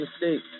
mistake